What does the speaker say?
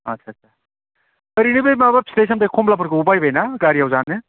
आदसासा ओरैनो बे माबा फिथाय सामथाय खमलाफोरखौ बायबाय ना गारियाव जानो